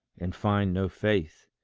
and find no faith.